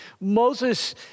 Moses